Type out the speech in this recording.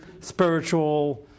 spiritual